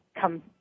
come